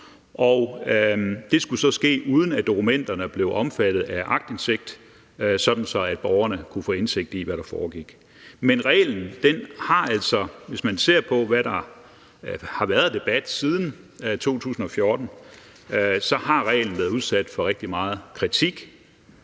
det skulle så ske, uden at dokumenterne blev omfattet af aktindsigt, sådan at borgerne kunne få indsigt i, hvad der foregik. Men reglen har altså – hvis man ser